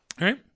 right